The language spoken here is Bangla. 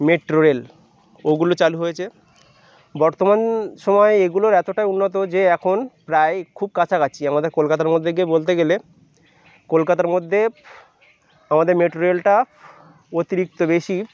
মেট্রো রেল ওগুলো চালু হয়েছে বর্তমান সময়ে এগুলোর এতোটা উন্নত যে এখন প্রায় খুব কাছাকাছি আমাদের কলকাতার মধ্যে গিয়ে বলতে গেলে কলকাতার মধ্যে আমাদের মেট্রো রেলটা অতিরিক্ত বেশি